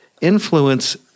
influence